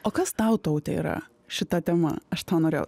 o kas tau taute yra šita tema aš tau norėjau